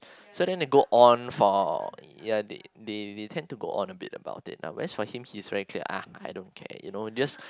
so then they go on for ya they they tend to go on a bit about it ah whereas for him he is very clear ah I don't care you know just